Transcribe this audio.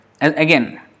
again